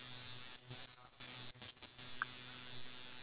because oh uh singapore's um